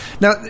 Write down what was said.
Now